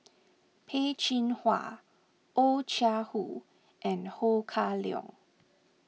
Peh Chin Hua Oh Chai Hoo and Ho Kah Leong